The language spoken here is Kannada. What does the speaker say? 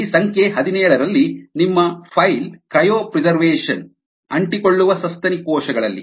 ಇಲ್ಲಿ ಸಂಖ್ಯೆ ಹದಿನೇಳರಲ್ಲಿ ನಿಮ್ಮ ಫೈಲ್ ಕ್ರಯೋಪ್ರೀಜ್ರ್ವಶನ್ ಅಂಟಿಕೊಳ್ಳುವ ಸಸ್ತನಿ ಕೋಶಗಳಲ್ಲಿ